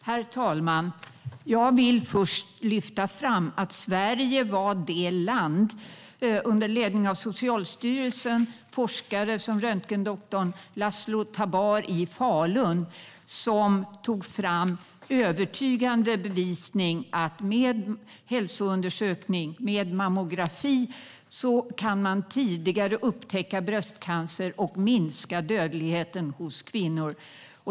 Herr talman! Jag ska först lyfta fram att Sverige var det land som under ledning av Socialstyrelsen och forskare som röntgendoktor Laszlo Tabar i Falun tog fram övertygande bevis om att man genom hälsoundersökning med mammografi kunde upptäcka bröstcancer tidigare och minska dödligheten hos kvinnor.